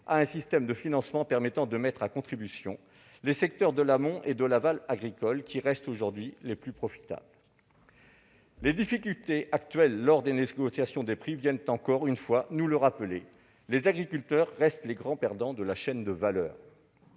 un système de financement permettant de mettre à contribution les secteurs de l'amont et de l'aval agricole, qui restent aujourd'hui les plus profitables. Les difficultés actuelles lors des négociations des prix viennent encore une fois nous le rappeler : les agriculteurs restent les grands perdants de la chaîne de valeur.